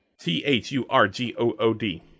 t-h-u-r-g-o-o-d